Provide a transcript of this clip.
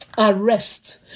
Arrest